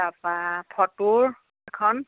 তাপা ফটোৰ এখন